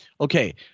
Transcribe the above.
Okay